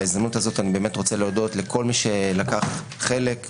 בהזדמנות הזאת, אני רוצה להודות לכל מי שלקח חלק.